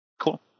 Cool